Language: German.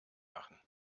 machen